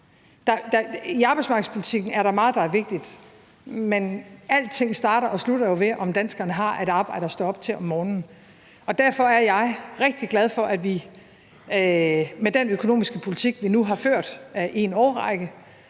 I arbejdsmarkedspolitikken er der meget, der er vigtigt, men alting starter og slutter jo med, om danskerne har et arbejde at stå op til om morgenen. Derfor er jeg rigtig glad for, at vi med den økonomiske politik, vi nu i en årrække